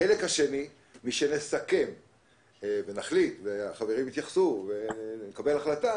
החלק השני: משנסכם ונחליט והחברים יתייחסו ונקבל החלטה